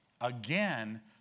Again